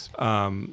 Yes